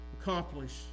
accomplish